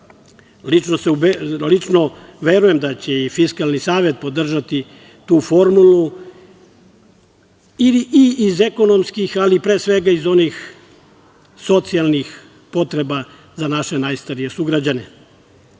plate. Lično verujem da će i Fiskalni savet podržati tu formulu iz ekonomskih, ali pre svega iz onih socijalnih potreba za naše najstarije sugrađane.